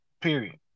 period